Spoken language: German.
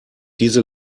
diese